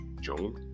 Joel